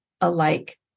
alike